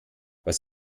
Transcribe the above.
was